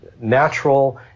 natural